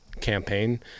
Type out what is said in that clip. campaign